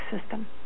system